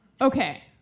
Okay